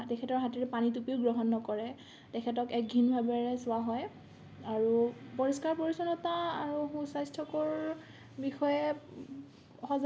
তেখেতৰ হাতেৰে পানীটুপিও গ্ৰহণ নকৰে তেখেতক এক ঘিণ ভাৱেৰে চোৱা হয় আৰু পৰিষ্কাৰ পৰিচ্ছন্নতা আৰু সুস্বাস্থ্যকৰ বিষয়ে